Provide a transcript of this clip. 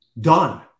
done